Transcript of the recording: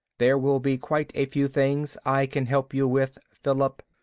there will be quite a few things i can help you with, philip.